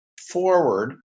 forward